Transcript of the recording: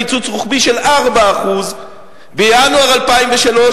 קיצוץ רוחבי של 4%; בינואר 2003,